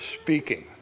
speaking